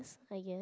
I guess